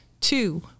Two